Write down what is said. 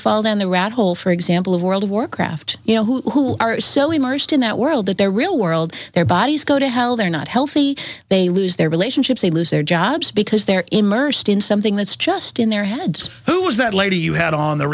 fall down the rat hole for example of world of warcraft you know who are so immersed in that world that their real world their bodies go to hell they're not healthy they lose their relationships they lose their jobs because they're immersed in something that's just in their heads who was that lady you had on the